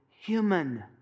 human